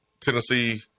Tennessee